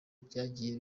byagiye